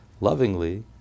lovingly